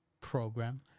program